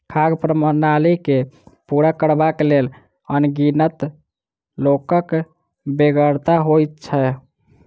खाद्य प्रणाली के पूरा करबाक लेल अनगिनत लोकक बेगरता होइत छै